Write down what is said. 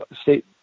state